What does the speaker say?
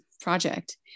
project